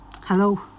hello